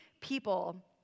people